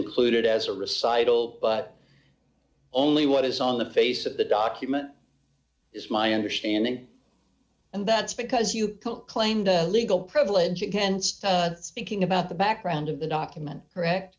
included as a recital but only what is on the face of the document is my understanding and that's because you can't claim the legal privilege against speaking about the background of the document correct